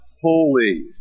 Holy